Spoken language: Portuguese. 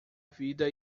vida